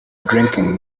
drinking